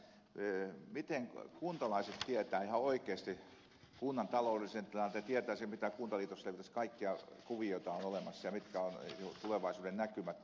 nimittäin miten kuntalaiset tietävät ihan oikeasti kunnan taloudellisen tilanteen tietävät sen mitä kaikkia kuvioita kuntaliitoksissa on olemassa ja mitkä ovat tulevaisuudennäkymät tai muuta